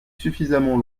suffisamment